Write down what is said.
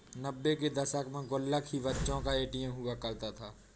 नब्बे के दशक में गुल्लक ही बच्चों का ए.टी.एम हुआ करता था